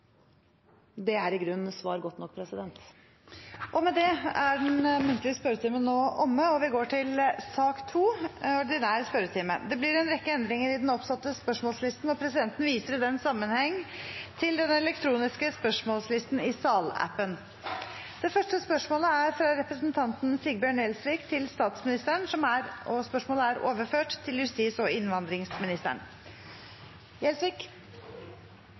Det er i grunnen svar godt nok. Med det er den muntlige spørretimen omme. Det blir en rekke endringer i den oppsatte spørsmålslisten, og presidenten viser i den sammenheng til den elektroniske spørsmålslisten i salappen. Endringene var som følger: Spørsmål 1, fra representanten Sigbjørn Gjelsvik til statsministeren, er overført til justis- og innvandringsministeren. Spørsmål 2, fra representanten Ingrid Heggø til statsministeren, er overført til olje- og